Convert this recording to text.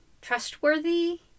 trustworthy